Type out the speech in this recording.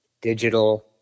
digital